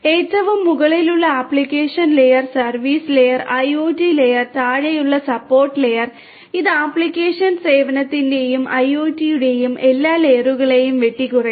ഏറ്റവും മുകളിലുള്ള application layer service layer IOT layer താഴെയുള്ള സപ്പോർട്ട് ലെയർ ഇത് ആപ്ലിക്കേഷൻ സേവനത്തിന്റെയും ഐഒടിയുടെയും എല്ലാ ലെയറുകളെയും വെട്ടിക്കുറയ്ക്കുന്നു